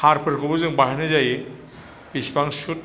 हारफोरखौबो जोङो बाहायनाय जायो बेसेबां सुत